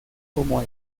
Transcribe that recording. como